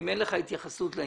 אם אין לך התייחסות לעניין,